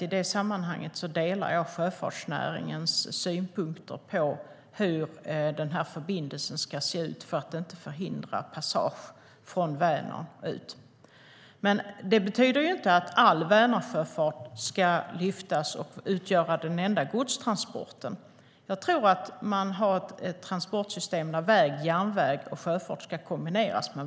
I det sammanhanget delar jag alltså sjöfartsnäringens synpunkter på hur denna förbindelse ska se ut för att inte förhindra passage till och från Vänern.Det betyder inte att Vänersjöfarten ska utgöra den enda godstransporten. Jag tror på ett transportsystem där väg, järnväg och sjöfart kombineras.